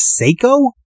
Seiko